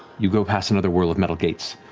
you go past another whirl of metal gates.